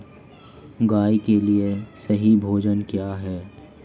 गाय के लिए सही भोजन क्या है?